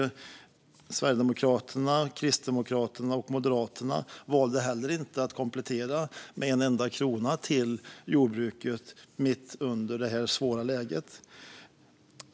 Sverigedemokraterna, Kristdemokraterna och Moderaterna valde heller inte att komplettera med en enda krona till jordbruket i detta svåra läge.